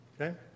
Okay